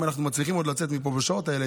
אם אנחנו מצליחים לצאת מפה בשעות האלה,